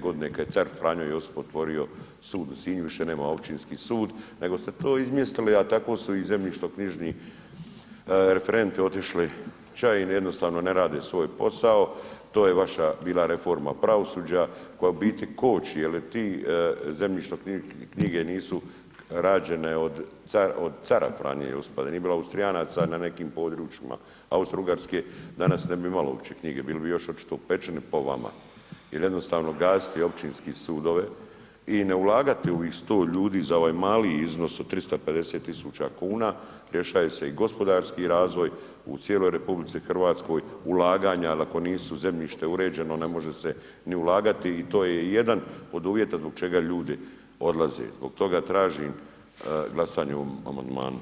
kada je car Franjo Josip otvorio Sud u Sinju više nema općinski sud nego ste to izmjestili a tako su i zemljišno knjižni referenti otišli ća i jednostavno ne rade svoj posao, to je vaša bila reforma pravosuđa koja u biti koči jer ti zemljišne knjige nisu rađene od cara Franje Josipa, da nije bilo Austrijanaca na nekim područjima, Austro-ugarske danas ne bi imali uopće knjige, bili bi još očito u pećini po vama jer jednostavno gasiti općinske sudove i ne ulagati u ovih 100 ljudi za ovaj mali iznos od 350 000 kn, rješava se i gospodarski razvoj u cijeloj RH ulaganja jer ako nisu zemljište uređeno, ne može se ni ulagati i to je jedan od uvjeta zbog čega ljudi odlaze, zbog toga tražim glasanje o ovom amandmanu.